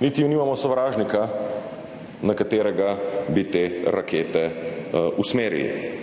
niti nimamo sovražnika, na katerega bi te rakete usmerili.